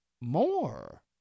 more